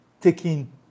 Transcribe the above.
taking